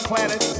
Planet